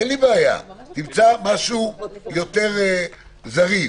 אין לי בעיה, תמצא משהו יותר זריז.